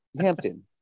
Hampton